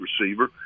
receiver